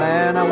Man